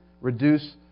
Reduce